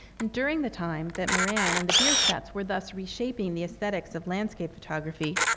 and during the time that moran and the bierstadts were thus reshaping the aesthetics of landscape photography,